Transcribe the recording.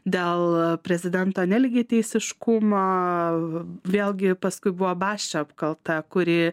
dėl prezidento nelygiateisiškumo vėlgi paskui buvo basčio apkalta kuri